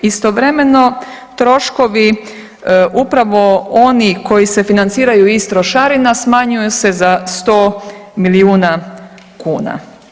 Istovremeno troškovi upravo oni koji se financiraju iz trošarina smanjuju se za 100 milijuna kuna.